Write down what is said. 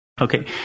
Okay